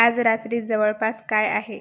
आज रात्री जवळपास काय आहे